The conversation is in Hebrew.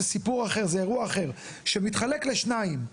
זה סיפור שמתחלק לשניים.